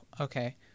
Okay